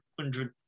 hundred